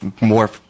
more